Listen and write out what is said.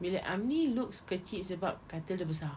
bilik amni looks kecil sebab katil dia besar